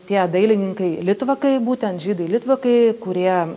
tie dailininkai litvakai būtent žydai litvakai kurie